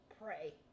pray